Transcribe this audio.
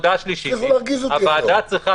הצליחו להרגיז אותי הפעם.